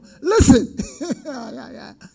Listen